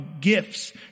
gifts